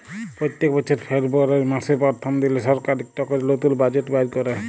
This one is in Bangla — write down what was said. প্যত্তেক বছর ফেরবুয়ারি ম্যাসের পরথম দিলে সরকার ইকট ক্যরে লতুল বাজেট বাইর ক্যরে